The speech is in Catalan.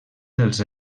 dels